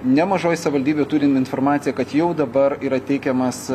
nemažoj savivaldybių turim informaciją kad jau dabar yra teikiamas